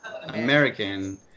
American